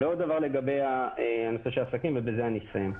עוד דבר לגבי העסקים, ובזה אסיים.